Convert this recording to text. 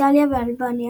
איטליה ואלבניה.